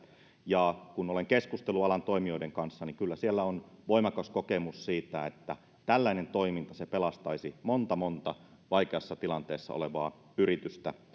ja kun olen keskustellut alan toimijoiden kanssa niin kyllä siellä on voimakas kokemus siitä että tällainen toiminta pelastaisi monta monta vaikeassa tilanteessa olevaa yritystä